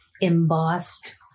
embossed